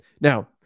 Now